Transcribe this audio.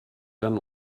dann